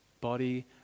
body